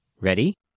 Ready